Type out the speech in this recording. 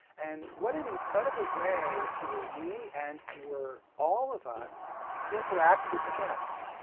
and what an incredible way for me, and for all of us to interact with the guests.